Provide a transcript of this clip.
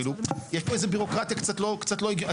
כאילו, יש פה איזה בירוקרטיה קצת לא, קצת לא.